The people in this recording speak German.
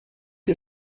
ihr